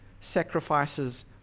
sacrifices